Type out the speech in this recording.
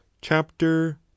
chapter